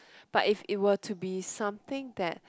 but if it were to be something that